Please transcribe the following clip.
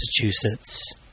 Massachusetts